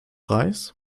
reis